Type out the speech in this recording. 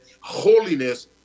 holiness